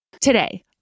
Today